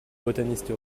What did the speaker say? botaniste